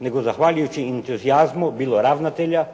nego zahvaljujući entuzijazmu bilo ravnatelja,